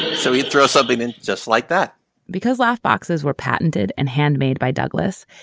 so he'd throw something in. just like that because laff boxes were patented and handmade by douglas,